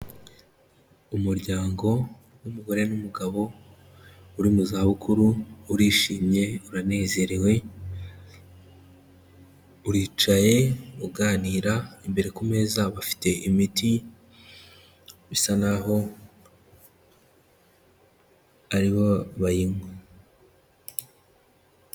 Umuryango w'umugore n'umugabo uri mu zabukuru, urishimye, uranezerewe, uricaye uganira, imbere ku meza bafite imiti bisa naho ari bo bayinywa.